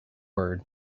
word